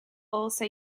also